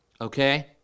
okay